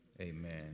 amen